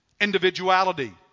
Individuality